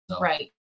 right